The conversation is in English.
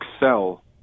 excel